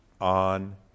on